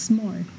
more